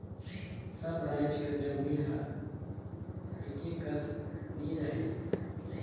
सब राएज कर जमीन हर एके कस नी रहें